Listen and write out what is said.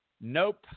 nope